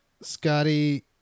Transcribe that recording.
Scotty